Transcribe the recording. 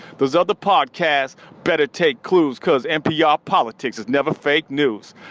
those other podcasts better take clues because npr politics is never fake news.